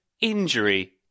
injury